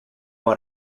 what